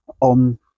on